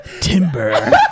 timber